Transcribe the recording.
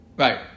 Right